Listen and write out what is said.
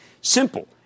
Simple